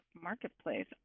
Marketplace